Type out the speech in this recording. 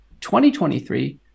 2023